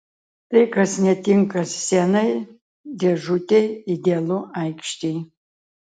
tai kas netinka scenai dėžutei idealu aikštei